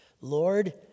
Lord